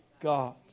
God